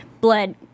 blood